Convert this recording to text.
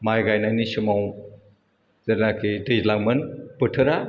माय गायनायनि समाव जेलानाखि दैलांमोन बोथोरा